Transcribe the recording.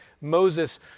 Moses